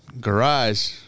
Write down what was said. garage